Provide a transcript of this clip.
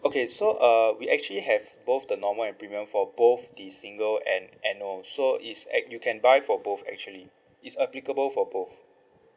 okay so err we actually have both the normal and premium for both the single and annual so is act~ you can buy for both actually it's applicable for both